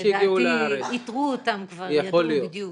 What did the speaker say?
לדעתי איתרו אותם, ידעו בדיוק.